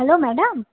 hello madam